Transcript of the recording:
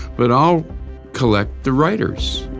but i'll collect the writers.